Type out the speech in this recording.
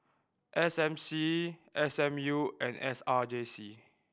S M C S M U and S R J C